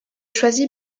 choisi